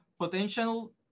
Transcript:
potential